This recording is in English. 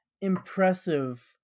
impressive